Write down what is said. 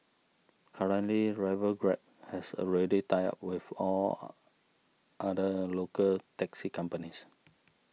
currently rival Grab has already tied up with all other local taxi companies